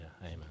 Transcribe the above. amen